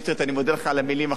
אני מודה לך על המלים החמות,